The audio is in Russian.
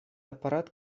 аппарат